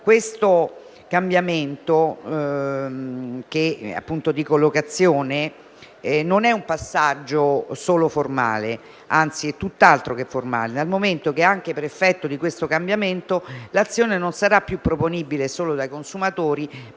questo cambiamento di collocazione non è un passaggio solo formale, anzi è tutt'altro che formale, dal momento che, anche per effetto di questo cambiamento, l'azione sarà proponibile non più solo dai consumatori,